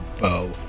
bow